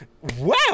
wow